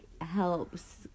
helps